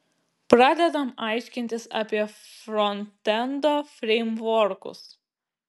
pradedam aiškintis apie frontendo freimvorkus